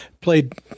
played